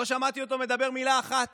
לא שמעתי אותו מדבר מילה אחת